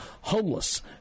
homeless